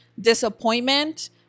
disappointment